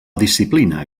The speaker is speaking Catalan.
disciplina